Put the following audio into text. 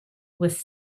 with